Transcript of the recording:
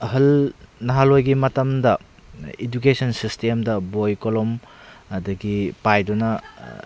ꯑꯍꯜ ꯅꯍꯥꯟꯋꯥꯏꯒꯤ ꯃꯇꯝꯗ ꯏꯗꯨꯀꯦꯁꯟ ꯁꯤꯁꯇꯦꯝꯗ ꯕꯣꯏ ꯀꯣꯂꯣꯝ ꯑꯗꯨꯗꯒꯤ ꯄꯥꯏꯗꯨꯅ